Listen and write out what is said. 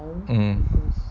um